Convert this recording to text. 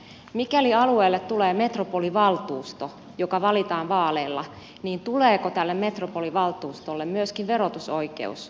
mikäli alueelle tulee metropolivaltuusto joka valitaan vaaleilla niin tuleeko tälle metropolivaltuustolle myöskin verotusoikeus